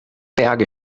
berge